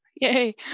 Yay